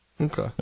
Okay